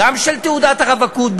גם של תעודת הרווקות,